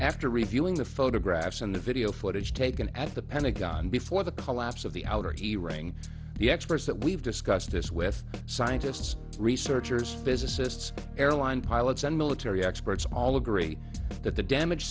after reviewing the photographs and the video footage taken at the pentagon before the collapse of the outer to ring the experts that we've discussed this with scientists researchers physicists airline pilots and military experts all agree that the damage